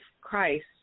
Christ